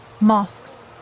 mosques